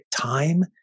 time